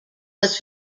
was